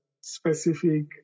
specific